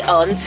on